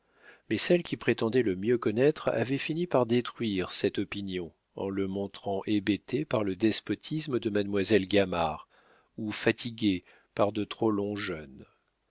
mais celles qui prétendaient le mieux connaître avaient fini par détruire cette opinion en le montrant hébété par le despotisme de mademoiselle gamard ou fatigué par de trop longs jeûnes